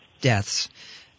deaths